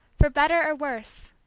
for better or worse,